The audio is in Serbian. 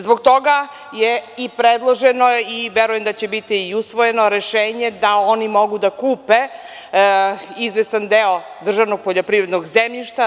Zbog toga je i predloženo i verujem da će biti i usvojeno rešenje da oni mogu da kupe izvestan deo državnog poljoprivrednog zemljišta.